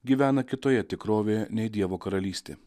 gyvena kitoje tikrovėje nei dievo karalystė